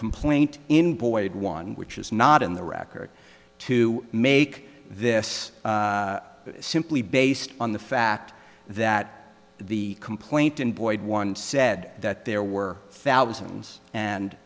complaint in boyd one which is not in the record to make this simply based on the fact that the complaint and void one said that there were thousands and